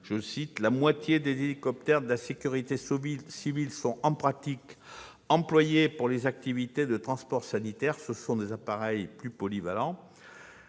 que près de la moitié des hélicoptères de la sécurité civile sont en pratique employés pour des activités de transport sanitaire. Ce sont des appareils plus polyvalents